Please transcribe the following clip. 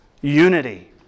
unity